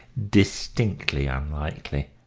distinctly unlikely.